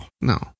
No